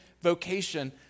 vocation